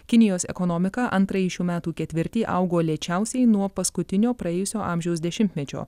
kinijos ekonomika antrąjį šių metų ketvirtį augo lėčiausiai nuo paskutinio praėjusio amžiaus dešimtmečio